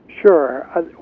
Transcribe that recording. Sure